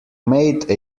made